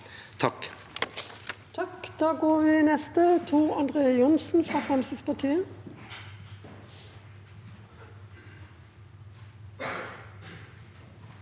Takk